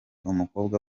umukobwa